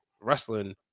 wrestling